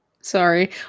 sorry